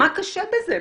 מה קשה בזה?